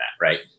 right